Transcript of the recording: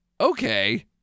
okay